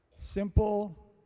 Simple